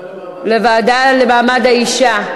לוועדה למעמד האישה.